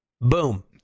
Boom